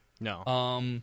No